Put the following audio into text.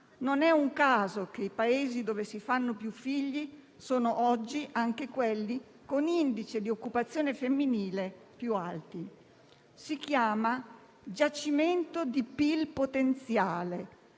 Non è un caso che i Paesi dove si fanno più figli sono oggi anche quelli con indice di occupazione femminile più alti. Si chiama giacimento di PIL potenziale: